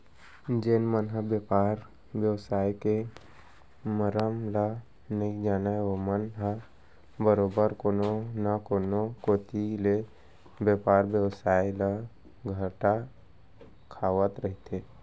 जेन मन ह बेपार बेवसाय के मरम ल नइ जानय ओमन ह बरोबर कोनो न कोनो कोती ले बेपार बेवसाय म घाटा खावत रहिथे